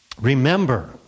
remember